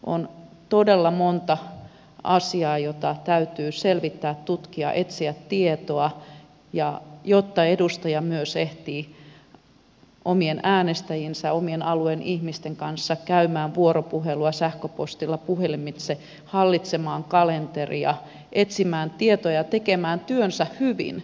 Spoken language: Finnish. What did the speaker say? on todella monta asiaa joita täytyy selvittää tutkia etsiä tietoa ja edustajan pitää myös ehtiä omien äänestäjiensä oman alueen ihmisten kanssa käymään vuoropuhelua sähköpostilla puhelimitse hallitsemaan kalenteria etsimään tietoa ja tekemään työnsä hyvin